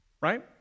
right